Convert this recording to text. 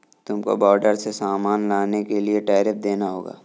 तुमको बॉर्डर से सामान लाने के लिए टैरिफ देना होगा